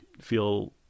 feel